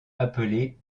appelé